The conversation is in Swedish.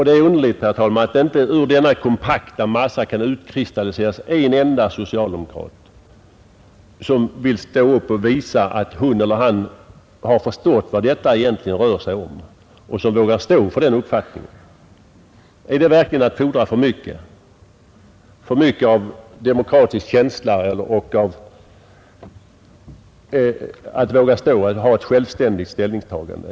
Det är underligt, herr talman, att det inte ur denna kompakta massa kan utkristalliseras en enda socialdemokrat som vill stå upp och visa att hon eller han har förstått vad detta egentligen rör sig om och som vågar stå för den uppfattningen. Är det verkligen att fordra för mycket av demokratisk känsla att begära att någon skall våga ha ett självständigt ställningstagande?